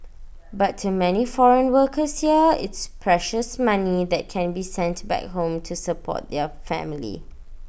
but to many foreign workers here it's precious money that can be sent back home to support their family